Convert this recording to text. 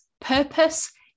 purpose